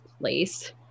place